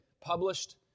published